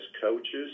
coaches